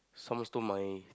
someone stole my